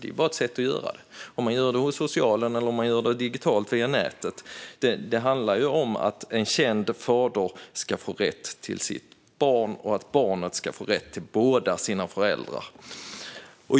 Det är bara ett sätt att göra det. Oavsett om man gör bekräftelsen hos socialen eller digitalt via nätet handlar det om att en känd fader ska få rätt till sitt barn och att barnet ska få rätt till båda sina föräldrar.